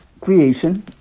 creation